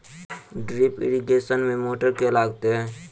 Drip irrigation मे motor केँ लागतै?